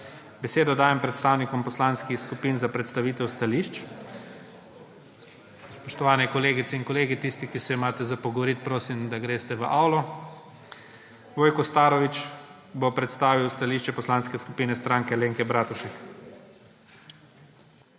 Besedo dajem predstavnikom poslanskih skupin za predstavitev stališč. / nemir v dvorani/ Spoštovane kolegice in kolegi, tisti, ki se imate za pogovoriti, prosim, da greste v avlo. Vojko Starović bo predstavil stališče Poslanske skupine Stranke Alenke Bratušek.